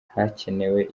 hakenewe